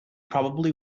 probably